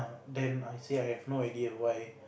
then I say I have no idea why